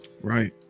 Right